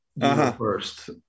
First